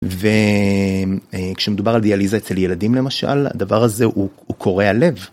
וכשמדובר על דיאליזה אצל ילדים למשל, הדבר הזה הוא קורע לב.